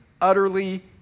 utterly